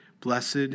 Blessed